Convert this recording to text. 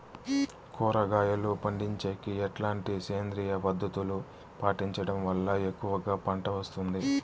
కూరగాయలు పండించేకి ఎట్లాంటి సేంద్రియ పద్ధతులు పాటించడం వల్ల ఎక్కువగా పంట వస్తుంది?